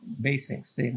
basics